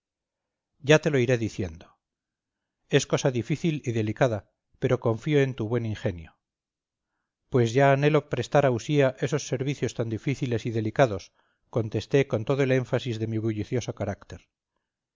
ya te lo iré diciendo es cosa difícil y delicada pero confío en tu buen ingenio pues ya anhelo prestar a usía esos servicios tan difíciles y delicados contesté con todo el énfasis de mi bullicioso carácter